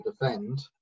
defend